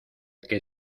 que